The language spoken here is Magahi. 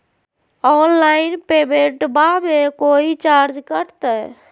ऑनलाइन पेमेंटबां मे कोइ चार्ज कटते?